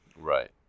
Right